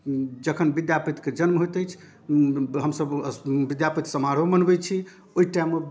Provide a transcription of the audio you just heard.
जखन विद्यापतिके जनम होइत अछि हमसब विद्यापति समारोह मनबै छी ओहि टाइममे